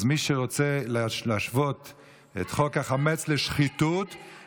אז מי שרוצה להשוות את חוק החמץ לשחיתות,